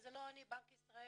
"זה לא אני" בנק ישראל.